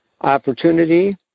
Opportunity